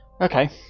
Okay